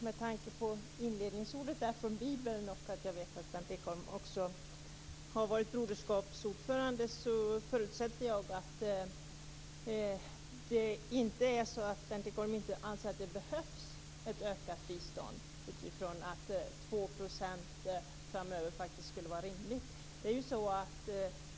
Med tanke på inledningsorden från Bibeln och eftersom jag vet att Berndt Ekholm varit broderskapsordförande förutsätter jag att det inte är så att Berndt Ekholm inte anser att det behövs ett ökat bistånd, och att 2 % framöver faktisk skulle vara rimligt.